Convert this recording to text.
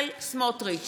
(קוראת בשמות חברי הכנסת) בצלאל סמוטריץ'